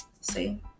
See